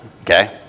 Okay